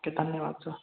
okay धन्यवाद sir